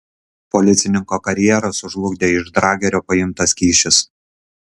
policininko karjerą sužlugdė iš dragerio paimtas kyšis